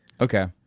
okay